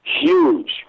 huge